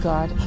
God